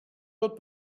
tot